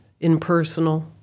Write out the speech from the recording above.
impersonal